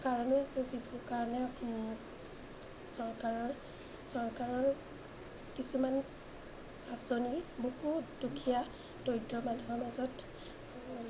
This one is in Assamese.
কাৰণো আছে যিবোৰ কাৰণে চৰকাৰৰ চৰকাৰৰ কিছুমান আঁচনি বহুত দুখীয়া দৰিদ্ৰ মানুহৰ মাজত